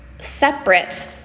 separate